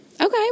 Okay